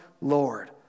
Lord